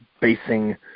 basing